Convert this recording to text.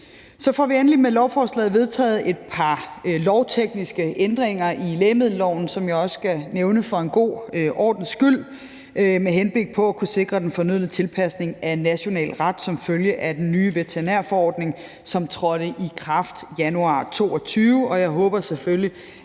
Så får vi med lovforslaget endelig også vedtaget et par lovtekniske ændringer i lægemiddelloven, som jeg for en god ordens skyld også skal nævne, med henblik på at kunne sikre den fornødne tilpasning af national ret som følge af den nye veterinærforordning, som trådte i kraft i januar 2022.